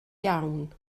iawn